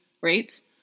rates